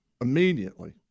immediately